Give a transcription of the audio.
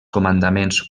comandaments